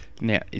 Now